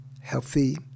healthy